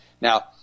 Now